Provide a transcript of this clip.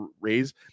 raise